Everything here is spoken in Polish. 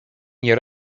nie